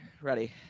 ready